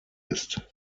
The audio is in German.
ist